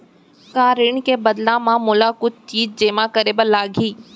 का ऋण के बदला म मोला कुछ चीज जेमा करे बर लागही?